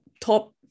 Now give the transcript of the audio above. top